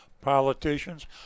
Politicians